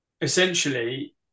essentially